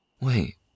Wait